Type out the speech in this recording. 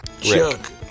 Chuck